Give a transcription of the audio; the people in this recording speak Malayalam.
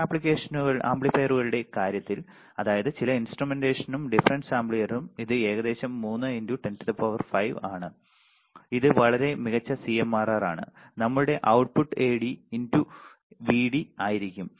ചില ആംപ്ലിഫയറുകളുടെ കാര്യത്തിൽ അതായത് ചില ഇൻസ്ട്രുമെന്റേഷനും ഡിഫറൻസ് ആംപ്ലിഫയറും ഇത് ഏകദേശം 300000 ആണ് ഇത് വളരെ മികച്ച സിഎംആർആർ ആണ് നമ്മളുടെ output AD into VD ആയിരിക്കും